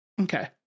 Okay